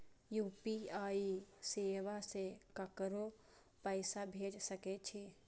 UPI सेवा से ककरो पैसा भेज सके छी?